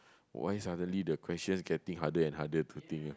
why suddenly the questions getting harder and harder to think ah